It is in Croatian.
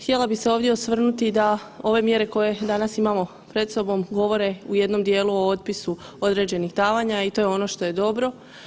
Htjela bi se ovdje osvrnuti da ove mjere koje danas imamo pred sobom govore u jednom dijelu o otpisu određenih davanja i to je ono što je dobro.